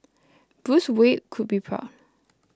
Bruce Wayne could be proud